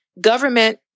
government